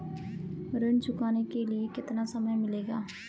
ऋण चुकाने के लिए कितना समय मिलेगा?